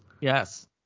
Yes